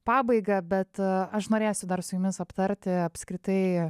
pabaigą bet aš norėsiu dar su jumis aptarti apskritai